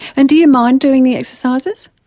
and do you mind doing the exercises?